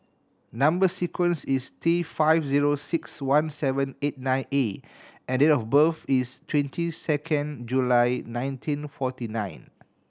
number sequence is T five zero six one seven eight nine A and date of birth is twenty second July nineteen forty nine